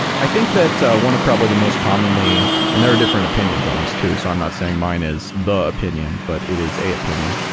i think that one of probably the most commonly and there are different opinions on this too, so i'm not saying mine is the opinion, but it is an opinion,